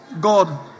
God